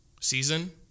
season